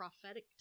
prophetic